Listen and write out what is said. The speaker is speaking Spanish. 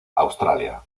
australia